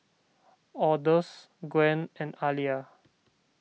Odus Gwen and Aliya